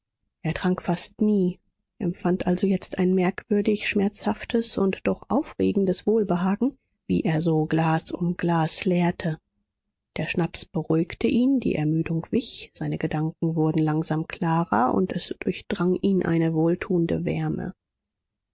er trank fast nie empfand also jetzt ein merkwürdig schmerzhaftes und doch aufregendes wohlbehagen wie er so glas um glas leerte der schnaps beruhigte ihn die ermüdung wich seine gedanken wurden langsam klarer und es durchdrang ihn eine wohltuende wärme